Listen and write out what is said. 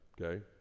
okay